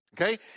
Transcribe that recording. okay